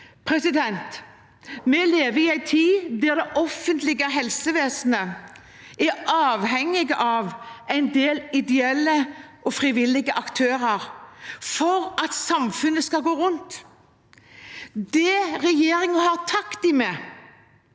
aktører. Vi lever i en tid der det offentlige helsevesenet er avhengig av en del ideelle og frivillige aktører for at samfunnet skal gå rundt. Det regjeringen har takket